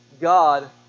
God